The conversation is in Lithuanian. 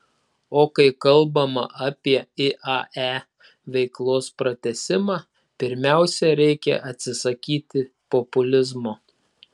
o kai kalbama apie iae veiklos pratęsimą pirmiausia reikia atsisakyti populizmo